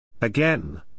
Again